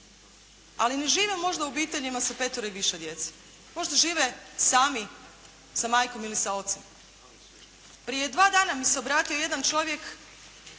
Ali ne žive možda u obiteljima sa petero i više djece. Možda žive sami sa majkom ili sa ocem. Prije 2 dana mi se obratio jedan čovjek